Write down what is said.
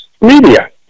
media